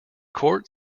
court